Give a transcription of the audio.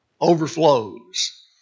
overflows